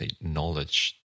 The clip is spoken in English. knowledge